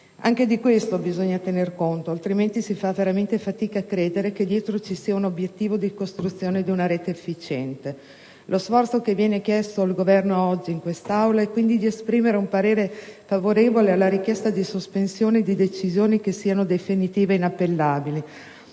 Anche di questo bisogna tener conto, altrimenti si fa veramente fatica a credere che dietro ci sia un obiettivo di costruzione di una rete efficiente. Lo sforzo che viene chiesto al Governo oggi in quest'Aula è quindi quello di esprimere un parere favorevole alla richiesta di sospensione di decisioni che siano definitive ed inappellabili.